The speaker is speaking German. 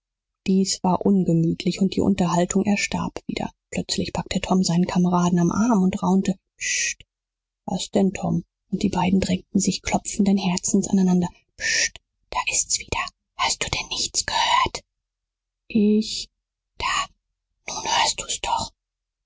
dies war ungemütlich und die unterhaltung erstarb wieder plötzlich packte tom seinen kameraden am arm und raunte pscht was denn tom und die beiden drängten sich klopfenden herzens aneinander pscht da ist's wieder hast du denn nichts gehört ich da nun hörst du's doch